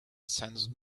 sensed